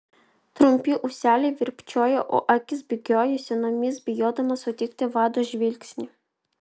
trumpi ūseliai virpčiojo o akys bėgiojo sienomis bijodamos sutikti vado žvilgsnį